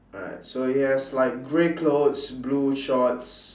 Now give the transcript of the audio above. alright so he has like grey clothes blue shorts